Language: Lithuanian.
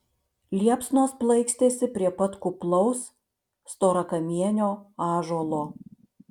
liepsnos plaikstėsi prie pat kuplaus storakamienio ąžuolo